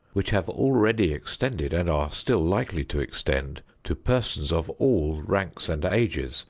which have already extended, and are still likely to extend, to persons of all ranks and ages,